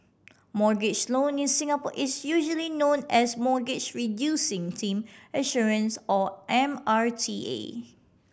mortgage loan in Singapore is usually known as Mortgage Reducing Team Assurance or M R T A